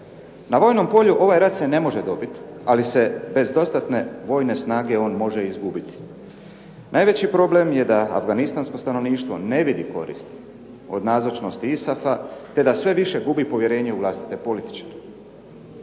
Na vojnom polju ovaj rat se ne može dobiti, ali se bez dostatne vojne snage on može izgubiti. Najveći problem je da afganistansko stanovništvo ne vidi korist od nazočnosti ISAF-a, te da sve više gubi povjerenje u vlastite političare.